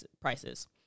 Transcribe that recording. prices